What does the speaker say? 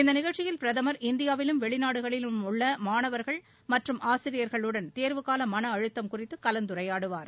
இந்த நிகழ்ச்சியில் பிரதமர் இந்தியாவிலும் வெளிநாடுகளிலும் உள்ள மாணவர்கள் மற்றும் ஆசிரியர்களுடன் தேர்வுகால மன அழுத்தத்தை குறைப்பது குறித்து கலந்துரையாடுவார்